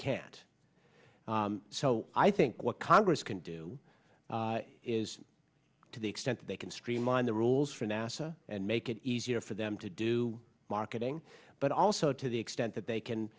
can't so i think what congress can do is to the extent they can streamline the rules for nasa and make it easier for them to do marketing but also to the extent that they can